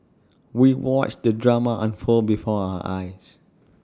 we watched the drama unfold before our eyes